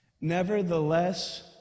Nevertheless